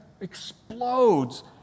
explodes